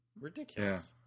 ridiculous